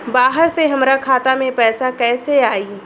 बाहर से हमरा खाता में पैसा कैसे आई?